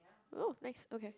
oh nice okay